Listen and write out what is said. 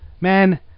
man